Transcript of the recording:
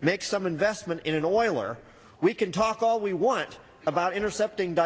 make some investment in an oil or we can talk all we want about intercepting